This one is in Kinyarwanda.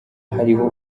hariho